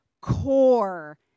core